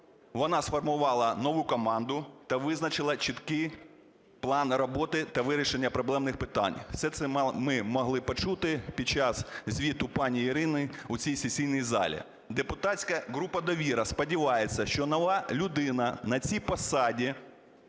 Вона сформувала нову команду та визначила чіткий план роботи та вирішення проблемних питань. Все це ми могли почути під час звіту пані Ірини у цій сесійній залі. Депутатська група "Довіра" сподівається, що нова людина на цій посаді